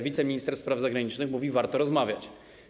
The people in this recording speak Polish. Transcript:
Wiceminister spraw zagranicznych mówi: warto rozmawiać.